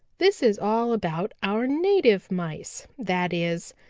this is all about our native mice that is,